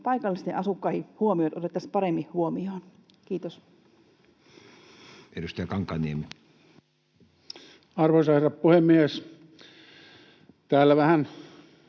paikallisten asukkaiden huomiot otettaisiin paremmin huomioon. — Kiitos. Edustaja Kankaanniemi. Arvoisa herra puhemies! Täällä vähän